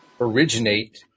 originate